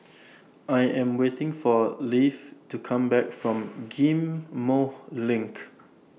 I Am waiting For Leif to Come Back from Ghim Moh LINK